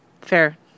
Fair